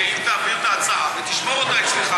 שאם תעביר את ההצעה ותשמור אותה אצלך,